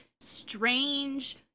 strange